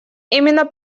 именно